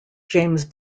james